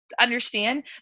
understand